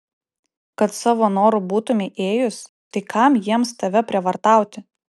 kad savo noru būtumei ėjus tai kam jiems tave prievartauti